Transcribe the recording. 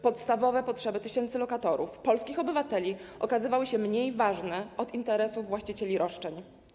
Podstawowe potrzeby tysięcy lokatorów, polskich obywateli okazywały się mniej ważne od interesów właścicieli, osób z roszczeniami.